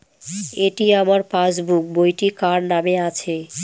এটি আমার পাসবুক বইটি কার নামে আছে?